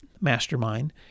mastermind